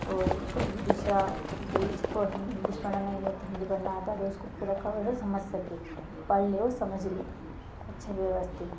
और दूसरा जिसको इंग्लिश समझ में नहीं आती है हिंदी पढ़ना आता है तो उसको पूरा कायदे से समझ सके पढ़ ले और समझ ले अच्छे व्यवस्थित